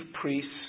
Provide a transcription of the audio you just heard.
priests